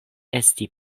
esti